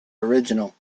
original